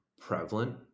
prevalent